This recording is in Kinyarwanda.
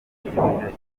intungamubiri